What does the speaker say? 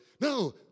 No